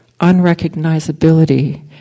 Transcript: unrecognizability